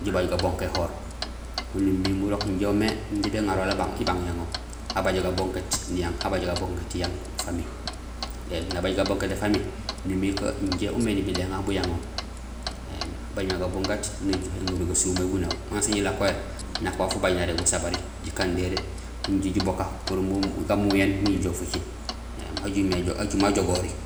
jibaaj gabonkéhoor ho numimé injé umé injé béŋarol ibang yaŋoom, habajé gabonkéét niyang, famille éém nabaj gabonkéét famille numiir que injé umé nibilmé éŋa bun yaŋoom éém. Ha baaj mé gabonkéét naju éŋorul gasumay bo naw, wanusaan jilakohé, nak waaf ubaaj nalobi usabari ukan déré imbi jiju jiboka pour umbu gamuyéén miin jijoow faciil éém ha jumé ajogori.